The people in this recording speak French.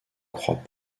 croit